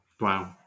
Wow